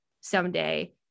someday